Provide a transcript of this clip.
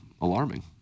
alarming